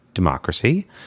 democracy